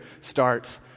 starts